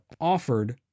offered